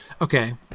Okay